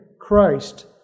Christ